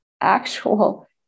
actual